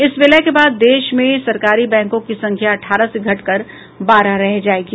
इस विलय के बाद देश में सरकारी बैंकों की संख्या अठारह से घटकर बारह रह जायेगी